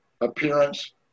appearance